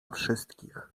wszystkich